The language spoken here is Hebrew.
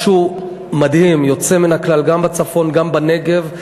זה משהו מדהים ויוצא מן הכלל, גם בצפון וגם בנגב.